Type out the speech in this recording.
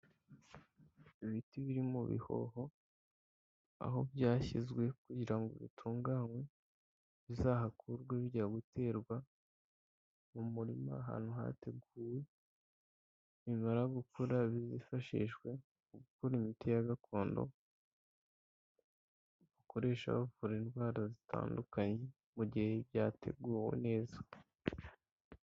Ibiti biri mu bihoho aho byashyizwe kugira ngo bitunganywe bizahakurwe bijya guterwa mu murima ahantu hateguwe, nibimara gukura bizifashishwe mu gukora imiti ya gakondo bakoresha bavura indwara zitandukanye mu gihe byateguwe neza.